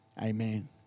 Amen